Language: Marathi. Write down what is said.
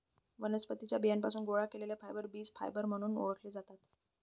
वनस्पतीं च्या बियांपासून गोळा केलेले फायबर बीज फायबर म्हणून ओळखले जातात